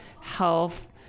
health